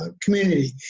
community